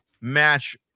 match